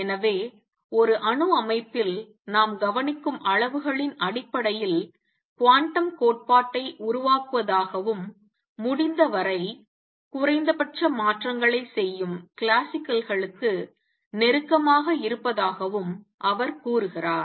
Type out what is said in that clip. எனவே ஒரு அணு அமைப்பில் நாம் கவனிக்கும் அளவுகளின் அடிப்படையில் குவாண்டம் கோட்பாட்டை உருவாக்குவதாகவும் முடிந்தவரை குறைந்தபட்ச மாற்றங்களைச் செய்யும் கிளாசிக்கல்களுக்கு நெருக்கமாக இருப்பதாகவும் அவர் கூறுகிறார்